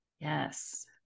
Yes